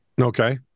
Okay